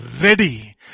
ready